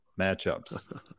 matchups